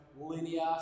linear